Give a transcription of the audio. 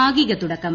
ഭാഗിക തുടക്കം